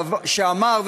שאמר,